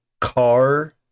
car